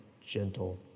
gentle